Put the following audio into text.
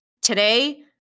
today